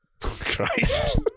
Christ